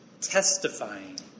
testifying